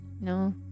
no